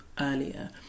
earlier